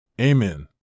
Amen